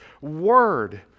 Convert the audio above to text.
Word